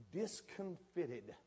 disconfitted